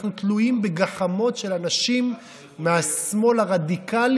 אנחנו תלויים בגחמות של אנשים מהשמאל הרדיקלי